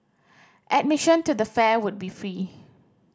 admission to the fair will be free